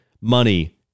money